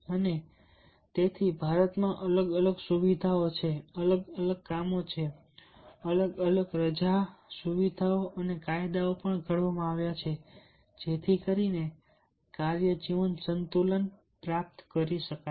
અને તેથી ભારતમાં અલગ અલગ સુવિધાઓ અલગ અલગ કામો અલગ અલગ રજા સુવિધાઓ અને કાયદાઓ પણ ઘડવામાં આવ્યા છે જેથી કરીને કાર્ય જીવન સંતુલન પ્રાપ્ત કરી શકાય